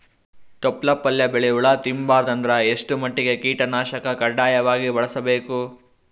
ತೊಪ್ಲ ಪಲ್ಯ ಬೆಳಿ ಹುಳ ತಿಂಬಾರದ ಅಂದ್ರ ಎಷ್ಟ ಮಟ್ಟಿಗ ಕೀಟನಾಶಕ ಕಡ್ಡಾಯವಾಗಿ ಬಳಸಬೇಕು?